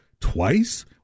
twice